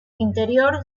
interior